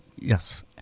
Yes